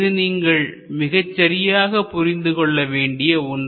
இது நீங்கள் மிகச்சரியாக புரிந்து கொள்ள வேண்டிய ஒன்று